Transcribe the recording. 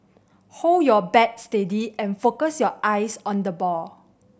hold your bat steady and focus your eyes on the ball